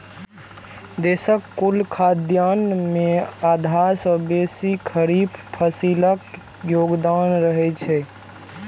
देशक कुल खाद्यान्न मे आधा सं बेसी खरीफ फसिलक योगदान रहै छै